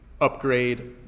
upgrade